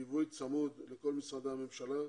ליווי צמוד לכל משרדי הממשלה,